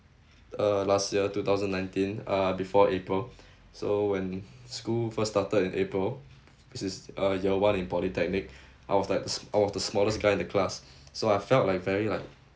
uh last year two thousand nineteen uh before april so when school first started in april which is uh year one in polytechnic I was like I was the smallest guy in the class so I felt like very like